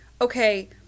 okay